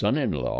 SON-IN-LAW